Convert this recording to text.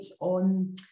on